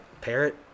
parrot